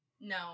No